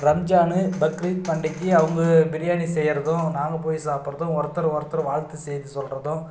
ரம்ஜானு பக்ரீத் பண்டிகை அவங்க பிரியாணி செய்கிறதும் நாங்கள் போய் சாப்பிடுறதும் ஒருத்தரை ஒருத்தர் வாழ்த்து செய்தி சொல்கிறதும்